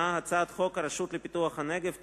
הצעת חוק הרשות לפיתוח הנגב (תיקון,